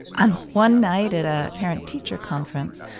and one night at a parent-teacher conference,